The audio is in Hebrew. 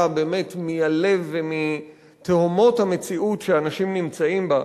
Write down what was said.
באמת מהלב ומתהומות המציאות שאנשים נמצאים בה.